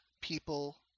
people